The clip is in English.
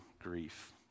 grief